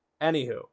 Anywho